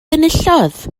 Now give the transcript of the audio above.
enillodd